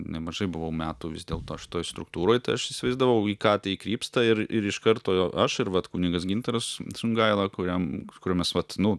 nemažai buvau metų vis dėlto šitoj struktūroj aš įsivaizdavau į ką tai krypsta ir ir iš karto aš ir vat kunigas gintaras sungaila kuriam kur mes vat nu